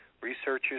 Researchers